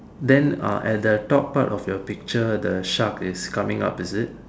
then ah at the top part of your picture the shark is coming up is it